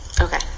okay